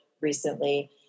recently